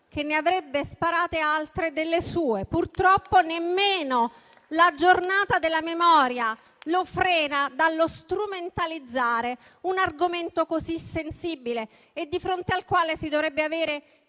che ne avrebbe sparate altre delle sue. Purtroppo nemmeno la Giornata della memoria lo frena dallo strumentalizzare un argomento così sensibile, di fronte al quale si dovrebbe avere